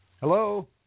Hello